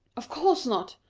of course not,